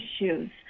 issues